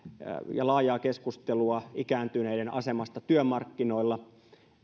ja laajaa keskustelua ikääntyneiden asemasta työmarkkinoilla